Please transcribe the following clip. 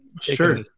sure